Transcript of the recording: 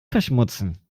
verschmutzen